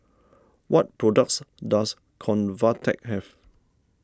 what products does Convatec have